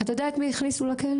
אתה יודע את מי הכניסו לכלא?